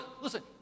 Listen